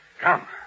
Come